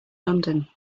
london